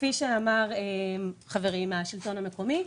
כפי שאמר חברי מהשלטון המקומי,